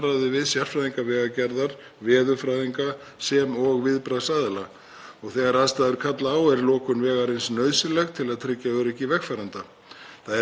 Það er reynt hins vegar að halda slíkum lokunum í lágmarki og við munum held ég öll eftir því þegar fjallað var um að menn hefðu lokað of seint og um 70 bílar sátu fastir í röð.